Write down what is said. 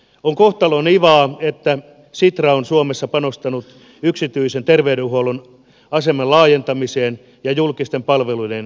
on kohtalon ivaa että sitra on suomessa panostanut yksityisen terveydenhuollon aseman laajentamiseen ja julkisten palveluiden syrjäyttämiseen